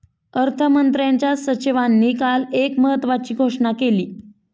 अर्थमंत्र्यांच्या सचिवांनी काल एक महत्त्वाची घोषणा केली